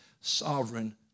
sovereign